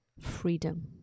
Freedom